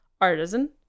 artisan